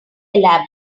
elaborate